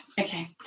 Okay